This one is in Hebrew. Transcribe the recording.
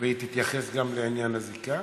היא תתייחס גם לעניין הזיקה?